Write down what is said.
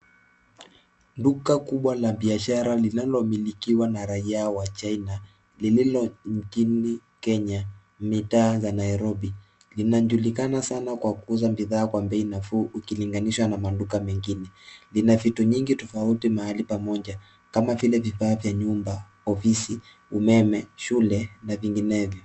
Duka kubwa la biashara linalomilikiwa na raia wa China, lililo nchini Kenya, mitaa za Nairobi. Linajulikana sana kwa kuuza bidhaa kwa bei nafuu ukilinganishwa na maduka mengine. Lina vitu nyingi tofauti mahali pamoja kama vile vifaa vya nyumba, ofisi, umeme, shule na vinginevyo.